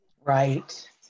Right